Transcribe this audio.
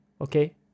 Okay